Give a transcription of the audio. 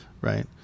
right